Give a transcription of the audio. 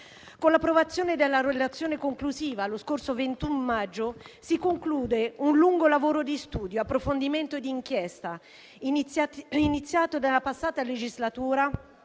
Con l'approvazione della relazione conclusiva lo scorso 21 maggio, si conclude un lungo lavoro di studio, di approfondimento e di inchiesta, iniziato nella passata legislatura